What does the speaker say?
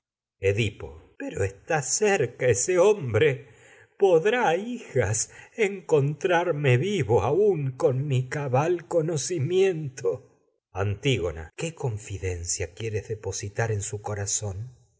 edipo pero está cerca ese hombre podrá hijas encontrarme vivo aún con mi cabal conocimiento antígona qué confidencia quieres depositar en su corazón